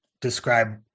describe